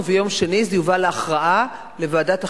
וביום שני זה יובא להכרעה בוועדת החינוך,